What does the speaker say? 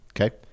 Okay